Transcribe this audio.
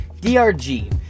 drg